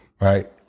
right